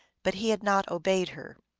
but he had not obeyed her.